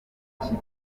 w’ikipe